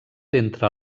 entre